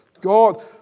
God